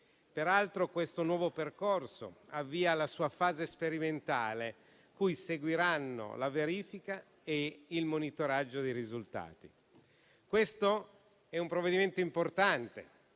Peraltro, questo nuovo percorso avvia la sua fase sperimentale, cui seguiranno la verifica e il monitoraggio dei risultati. Questo è un provvedimento importante,